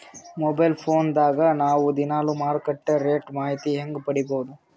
Mobile phone ದಾಗ ನಾವು ದಿನಾಲು ಮಾರುಕಟ್ಟೆ ರೇಟ್ ಮಾಹಿತಿ ಹೆಂಗ ಪಡಿಬಹುದು?